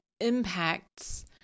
impacts